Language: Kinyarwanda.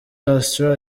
castro